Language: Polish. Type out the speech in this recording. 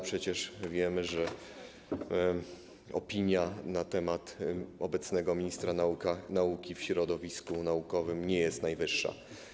Przecież wiemy, że opinia na temat obecnego ministra nauki w środowisku naukowym nie jest najlepsza.